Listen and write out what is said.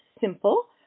simple